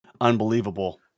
unbelievable